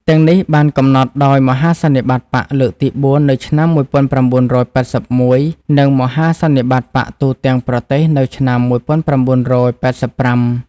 ទាំងនេះបានកំណត់ដោយមហាសន្និបាតបក្សលើកទី៤ នៅឆ្នាំ១៩៨១ និងមហាសន្និបាតបក្សទូទាំងប្រទេសនៅឆ្នាំ១៩៨៥ ។